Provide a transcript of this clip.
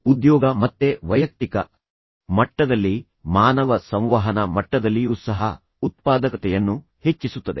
ಉದ್ಯೋಗ ಮತ್ತೆ ವೈಯಕ್ತಿಕ ಮಟ್ಟದಲ್ಲಿ ಮಾನವ ಸಂವಹನ ಮಟ್ಟದಲ್ಲಿಯೂ ಸಹ ಉತ್ಪಾದಕತೆಯನ್ನು ಹೆಚ್ಚಿಸುತ್ತದೆ